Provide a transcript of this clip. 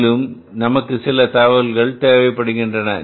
மேலும் நமக்கு சில தகவல்கள் தேவைப்படுகிறது